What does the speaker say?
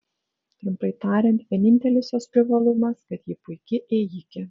trumpai tariant vienintelis jos privalumas kad ji puiki ėjikė